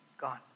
Gone